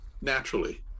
naturally